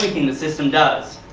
like and the system does,